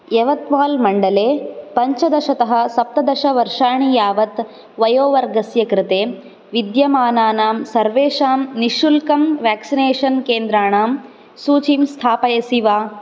यवत्माल् मण्डले पञ्चदशतः सप्तदशवर्षाणि यावत् वयोवर्गस्य कृते विद्यमानानां सर्वेषां निःशुल्कं व्याक्सिनेषन् केन्द्राणां सूचीं स्थापयसि वा